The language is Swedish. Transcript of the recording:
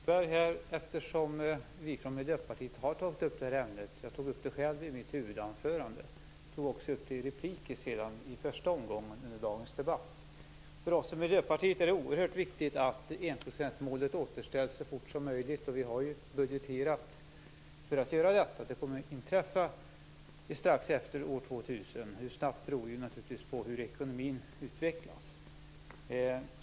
Fru talman! Jag måste be att få rätta Eva Zetterberg, eftersom vi från Miljöpartiet har tagit upp det här ämnet. Jag tog upp det själv i mitt huvudanförande, och också i repliker under första omgången av dagens debatt. För oss i Miljöpartiet är det oerhört viktigt att enprocentsmålet återställs så fort som möjligt. Vi har också budgeterat för att göra detta. Det kommer att inträffa strax efter år 2000, hur snabbt beror naturligtvis på hur ekonomin utvecklas.